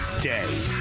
day